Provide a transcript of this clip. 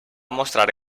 mostrar